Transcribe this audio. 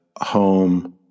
home